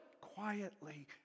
quietly